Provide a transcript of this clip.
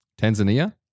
Tanzania